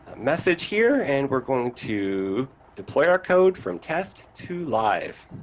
ah message here, and we're going to deploy our code from test to live,